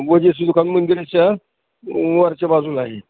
versus दुकान मंदिरच्या वरच्या बाजूला आहे